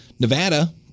Nevada